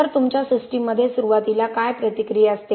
तर तुमच्या सिस्टममध्ये सुरुवातीला काय प्रतिक्रिया असते